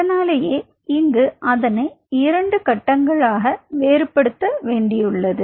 அதனாலேயே இங்கு இதனை இரண்டு கட்டங்களாக வேறு படுத்த வேண்டியுள்ளது